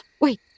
Wait